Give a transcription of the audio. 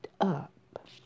up